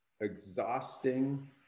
exhausting